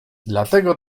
dlatego